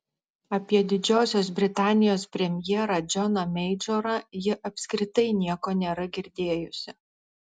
apie didžiosios britanijos premjerą džoną meidžorą ji apskritai nieko nėra girdėjusi